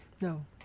No